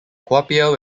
kuopio